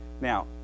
Now